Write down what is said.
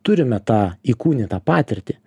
turime tą įkūnytą patirtį